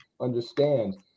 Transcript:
understand